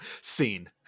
Scene